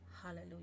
Hallelujah